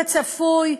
כצפוי,